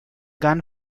gun